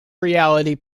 reality